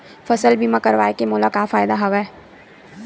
फसल बीमा करवाय के मोला का फ़ायदा हवय?